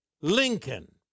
Lincoln